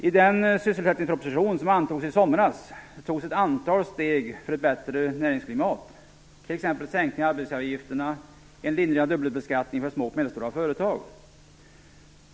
I den sysselsättningsproposition som antogs i somras togs ett antal steg för ett bättre näringsklimat, t.ex. sänkning av arbetsgivaravgifterna och en lindring av dubbelbeskattningen för små och medelstora företag.